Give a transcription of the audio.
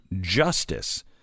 justice